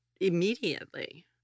immediately